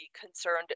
concerned